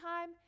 time